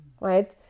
right